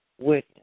witness